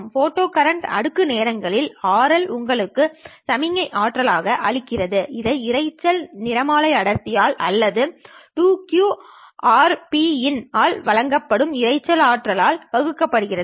photo current அடுக்கு நேரங்களின் RL உங்களுக்கு சமிக்ஞை ஆற்றலை அளிக்கிறது இதை இரைச்சல் நிறமாலை அடர்த்தியால் அல்லது 2qRPin ஆல் வழங்கப்பட்ட இரைச்சல் ஆற்றல் ஆல் வகுக்கப்படுகிறது